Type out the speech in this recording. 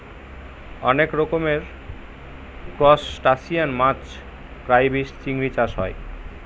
অনেক রকমের ত্রুসটাসিয়ান মাছ ক্রাইফিষ, চিংড়ি চাষ হয়